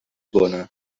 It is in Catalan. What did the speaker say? bona